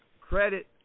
Credit